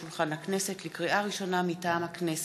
שולחן הכנסת, לקריאה ראשונה, מטעם הכנסת,